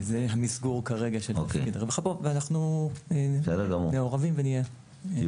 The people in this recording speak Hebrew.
אנחנו מעורבים, ונהיה.